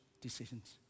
decisions